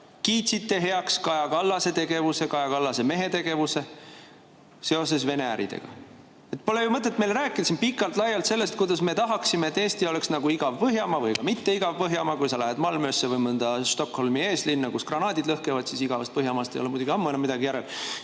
Kiitsite heaks Kaja Kallase tegevuse, Kaja Kallase mehe tegevuse seoses Vene äridega. Pole ju mõtet meile rääkida siin pikalt-laialt sellest, kuidas me tahaksime, et Eesti oleks igav Põhjamaa. Või mitteigav Põhjamaa – kui sa lähed Malmösse või mõnda Stockholmi eeslinna, kus granaadid lõhkevad, siis igavast Põhjamaast ei ole muidugi ammu enam midagi järel.